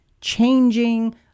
changing